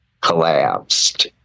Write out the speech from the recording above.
collapsed